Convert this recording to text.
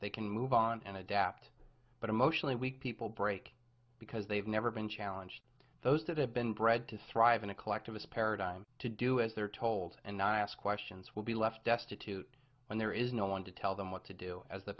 they can move on and adapt but emotionally weak people break because they've never been challenged those that have been bred to thrive in a collective us paradigm to do as they are told and not ask questions will be left destitute when there is no one to tell them what to do as the